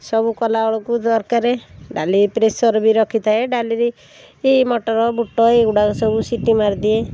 ସବୁ କଲାବେଳକୁ ଦରକାର ଡାଲି ପ୍ରେସର୍ ବି ରଖିଥାଏ ଡାଲିରେ ମଟର ବୁଟ ଏଇଗୁଡ଼ାକ ସବୁ ସିଟି ମାରିଦିଏ